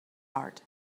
heart